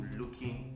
looking